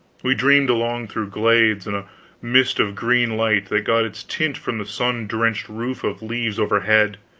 we dreamed along through glades in a mist of green light that got its tint from the sun-drenched roof of leaves overhead,